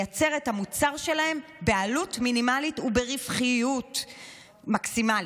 לייצר את המוצר שלהם בעלות מינימלית וברווחיות מקסימלית.